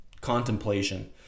contemplation